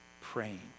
praying